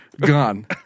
gone